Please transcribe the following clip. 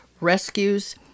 rescues